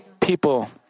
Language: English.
people